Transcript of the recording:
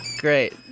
Great